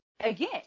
Again